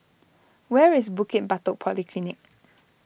where is Bukit Batok Polyclinic